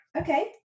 Okay